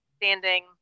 standing